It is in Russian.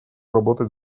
работать